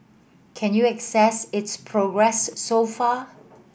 can you assess its progress so far